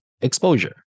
exposure